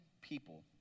people